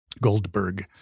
Goldberg